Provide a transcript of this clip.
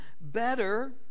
Better